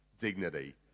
dignity